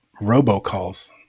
robocalls